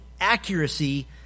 accuracy